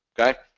okay